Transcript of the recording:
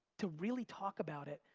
to really talk about it.